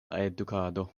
edukado